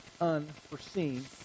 unforeseen